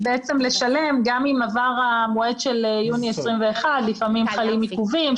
לשלם גם אם עבר המועד של יוני 2021. לפעמים חלים עיכובים.